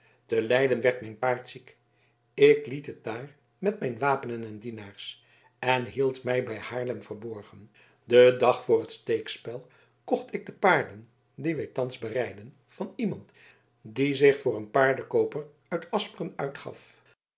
te leiden werd mijn paard ziek ik liet het daar met mijn wapenen en dienaars en hield mij bij haarlem verborgen den dag voor het steekspel kocht ik de paarden die wij thans berijden van iemand die zich voor een paardenkooper uit asperen uitgaf